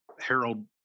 harold